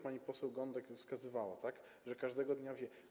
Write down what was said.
Pani poseł Gądek wskazywała, że każdego dnia wie.